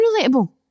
unrelatable